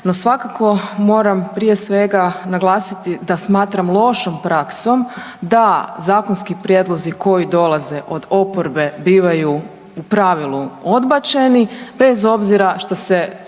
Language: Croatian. no svakako moram prije svega naglasiti da smatram lošom praksom da zakonski prijedlozi koji dolaze od oporbe bivaju u pravilu odbačeni bez obzira što se